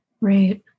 Right